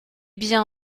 bien